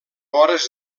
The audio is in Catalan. hores